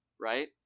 right